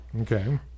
okay